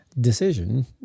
decision